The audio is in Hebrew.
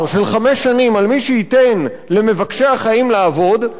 של חמש שנים על מי שייתן למבקשי החיים לעבוד,